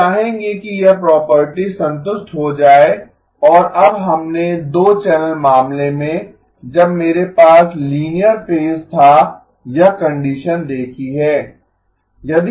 हम चाहेंगे कि यह प्रॉपर्टी संतुष्ट हो जाये और अब हमने 2 चैनल मामले में जब मेरे पास लीनियर फेज था यह कंडीशन देखी है